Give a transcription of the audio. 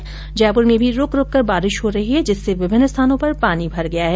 राजधानी जयपुर में भी रुक रुक कर बारिश हो रही है जिससे विभिन्न स्थानों पर पानी भर गया है